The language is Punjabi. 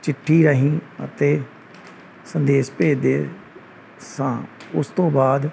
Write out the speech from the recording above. ਚਿੱਠੀ ਰਾਹੀਂ ਅਤੇ ਸੰਦੇਸ਼ ਭੇਜਦੇ ਸਾਂ ਉਸ ਤੋਂ ਬਾਅਦ